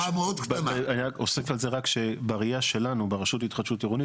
אני אוסיף על זה רק שבראייה שלנו ברשות להתחדשות עירונית